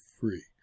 free